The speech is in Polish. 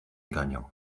ganiał